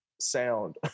sound